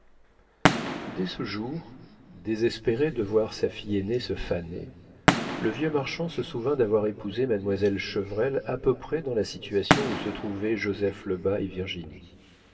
dès ce jour désespéré de voir sa fille aînée se faner le vieux marchand se souvint d'avoir épousé mademoiselle chevrel à peu près dans la situation où se trouvaient joseph lebas et virginie